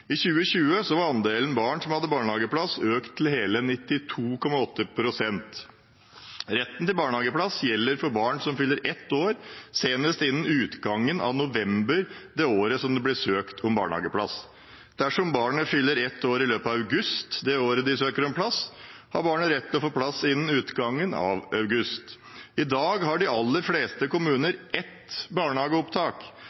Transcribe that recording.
I 2020 var andelen barn som hadde barnehageplass, økt til hele 92,8 pst. Retten til barnehageplass gjelder for barn som fyller ett år senest innen utgangen av november det året det blir søkt om barnehageplass. Dersom barnet fyller ett år i løpet av august det året de søker om plass, har barnet rett til å få plass innen utgangen av august. I dag har de aller fleste